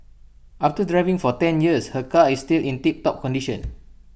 after driving for ten years her car is still in tiptop condition